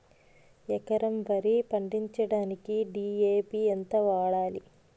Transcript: ఎకరం వరి పండించటానికి డి.ఎ.పి ఎంత వాడాలి?